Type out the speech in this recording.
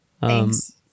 Thanks